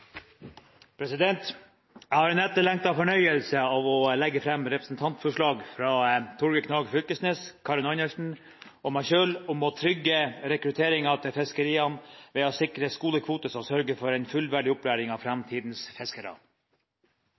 Jeg har den etterlengtede fornøyelse å legge fram representantforslag fra Torgeir Knag Fylkesnes, Karin Andersen og meg selv om å trygge rekrutteringen til fiskeriene ved å sikre skolekvoter som sørger for en fullverdig opplæring av framtidens fiskere.